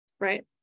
right